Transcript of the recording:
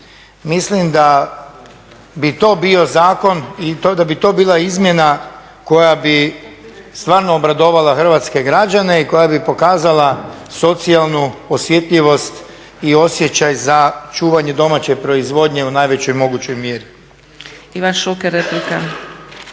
Mislim da bi to bio zakon i da bi to bila izmjena koja bi stvarno obradovala hrvatske građane i koja bi pokazala socijalnu osjetljivost i osjećaj za čuvanje domaće proizvodnje u najvećoj mogućoj mjeri. **Zgrebec, Dragica